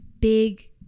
big